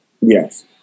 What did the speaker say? Yes